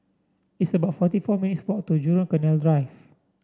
it's about forty four minutes' walk to Jurong Canal Drive